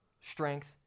strength